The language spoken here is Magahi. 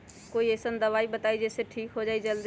कोई अईसन दवाई बताई जे से ठीक हो जई जल्दी?